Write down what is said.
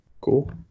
Cool